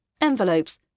envelopes